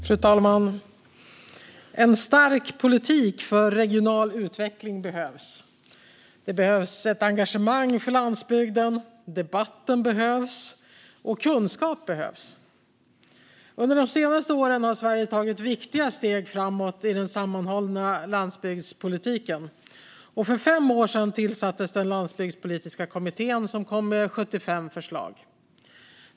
Fru talman! En stark politik för regional utveckling behövs. Det behövs ett engagemang för landsbygden, debatten behövs och kunskap behövs. Under de senaste åren har Sverige tagit viktiga steg framåt i den sammanhållna landsbygdspolitiken. För fem år sedan tillsattes den landsbygdspolitiska kommittén, som kom med 75 förslag.